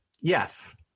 yes